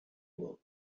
will